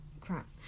crap